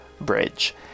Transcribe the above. bridge